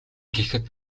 гэхэд